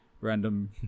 random